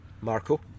Marco